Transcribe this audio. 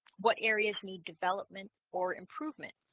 what areas need development or improvement?